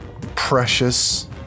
precious